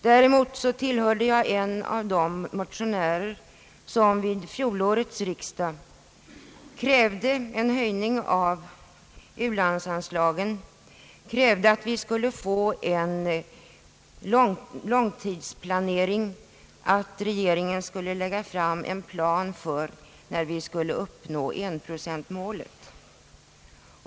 Däremot tillhörde jag en av de motionärer, som vid fjolårets riksdag krävde en höjning av u-landsanslagen, krävde att vi skulle få en långtidsplanering för u-hjälpen och att regeringen skulle lägga fram en plan för när vi skall uppnå enprocentmålet.